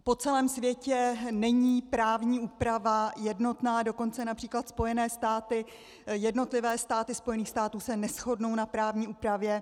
Po celém světě není právní úprava jednotná, dokonce např. Spojené státy, jednotlivé státy Spojených států se neshodnou na právní úpravě.